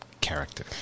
character